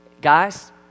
guys